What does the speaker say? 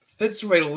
Fitzroy